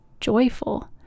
joyful